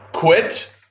Quit